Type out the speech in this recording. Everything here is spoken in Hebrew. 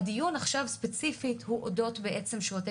הדיון הספציפי עכשיו הוא אודות שירותי